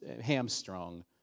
hamstrung